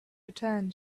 return